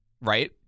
right